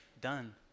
Done